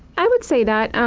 i would say that.